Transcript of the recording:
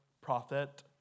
prophet